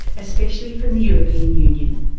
especially from the european union.